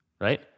Right